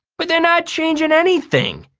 but they're not changing anything!